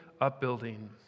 upbuilding